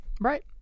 Right